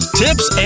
tips